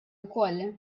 wkoll